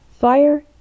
Fire